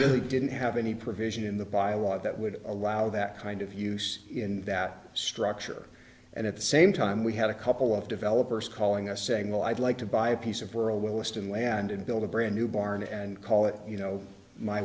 really didn't have any provision in the by a law that would allow that kind of use in that structure and at the same time we had a couple of developers calling us saying well i'd like to buy a piece of or a willesden land and build a brand new barn and call it you know my